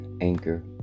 anchor